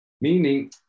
Meaning